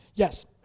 Yes